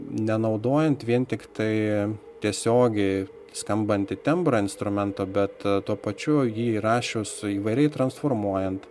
nenaudojant vien tiktai tiesiogiai skambantį tembrą instrumento bet tuo pačiu jį įrašius įvairiai transformuojant